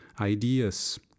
ideas